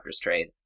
trade